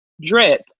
drip